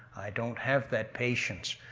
i don't have that patience.